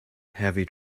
heavy